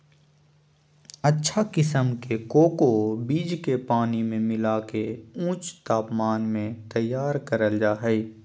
अच्छा किसम के कोको बीज के पानी मे मिला के ऊंच तापमान मे तैयार करल जा हय